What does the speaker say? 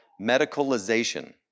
medicalization